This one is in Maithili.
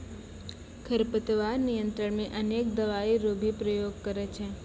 खरपतवार नियंत्रण मे अनेक दवाई रो भी प्रयोग करे छै